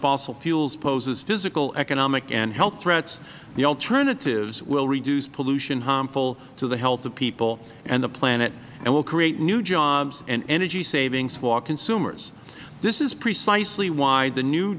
fossil fuels poses physical economic and health threats the alternatives will reduce pollution harmful to the health of people and the planet and will create new jobs and energy savings for consumers this is precisely why the new